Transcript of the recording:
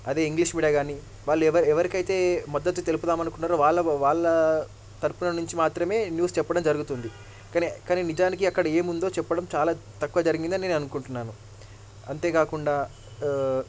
అదే English media గానీ వాళ్ళు ఎవరు ఎవరికైతే మద్దతు తెలుపుదాం అనుకున్నారో వాళ్ళ వాళ్ళ తరపున నుంచి మాత్రమే న్యూస్ చెప్పడం జరుగుతుంది కానీ కానీ నిజానికి అక్కడ ఏముందో చెప్పడం చాలా తక్కువ జరిగిందని నేననుకుంటున్నాను అంతేకాకుండా